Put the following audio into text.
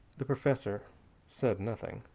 the professor said nothing.